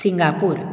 Singapore